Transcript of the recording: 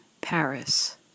Paris